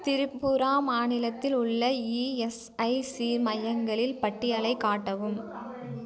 திரிபுரா மாநிலத்தில் உள்ள இஎஸ்ஐசி மையங்களில் பட்டியலைக் காட்டவும்